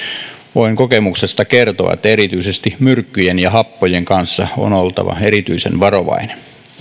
voin kokemuksesta kertoa että erityisesti myrkkyjen ja happojen kanssa on oltava erityisen varovainen